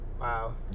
Wow